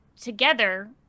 together